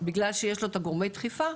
בגלל שיש לו את גורמי הדחיפה,